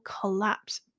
collapse